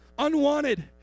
Unwanted